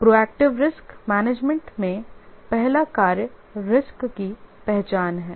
proactive risk management में पहला कार्य रिस्क की पहचान है